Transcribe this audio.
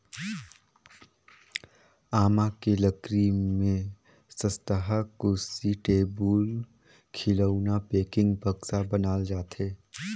आमा के लकरी में सस्तहा कुरसी, टेबुल, खिलउना, पेकिंग, बक्सा बनाल जाथे